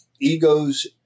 egos